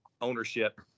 ownership